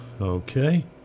Okay